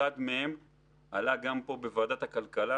אחד מהם עלה בוועדת הכלכלה בכנסת,